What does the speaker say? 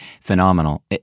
Phenomenal